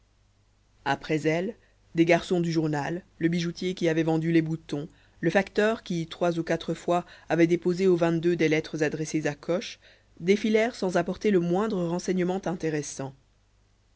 après elle des garçons du journal le bijoutier qui avait vendu les boutons le facteur qui trois ou quatre fois avait déposé au des lettres adressées à coche défilèrent sans apporter le moindre renseignement intéressant